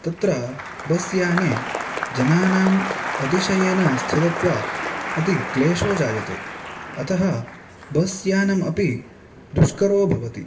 तत्र बस् याने जनानाम् अतिशयेन स्थितत्वात् अति क्लेशो जायते अतः बस् यानम् अपि दुष्करो भवति